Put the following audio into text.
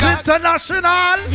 International